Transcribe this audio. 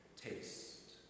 taste